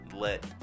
let